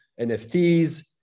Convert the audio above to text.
NFTs